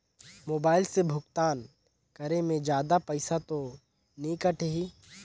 Mobile से भुगतान करे मे जादा पईसा तो नि कटही?